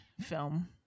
film